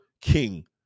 King